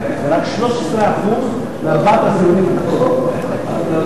ורק 13% לארבעת העשירונים התחתונים.